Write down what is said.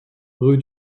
rue